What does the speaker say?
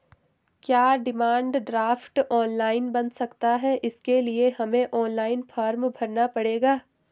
क्या demand draft online बन सकता है इसके लिए हमें ऑनलाइन फॉर्म भरना पड़ेगा?